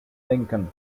lincoln